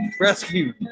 rescue